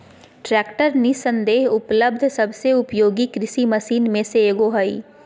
tractor निस्संदेह उपलब्ध सबसे उपयोगी कृषि मशीन में से एगो हइ